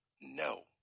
no